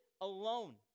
alone